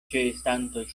ĉeestantoj